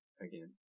again